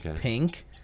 pink